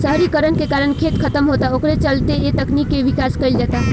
शहरीकरण के कारण खेत खतम होता ओकरे चलते ए तकनीक के विकास कईल जाता